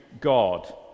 God